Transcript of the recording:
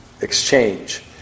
exchange